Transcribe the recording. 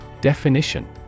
Definition